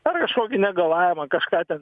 ar kažkokį negalavimą kažką ten